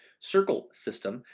circle system.